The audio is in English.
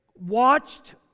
watched